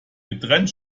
getrennt